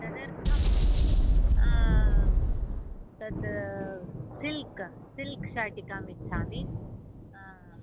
तदर्थं तत् silk silk शाटिकाम् इच्छामि